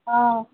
ହଁ